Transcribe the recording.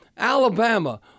Alabama